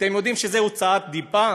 אתם יודעים שזו הוצאת דיבה?